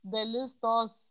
dalis tos